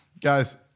guys